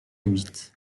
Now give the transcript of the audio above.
huit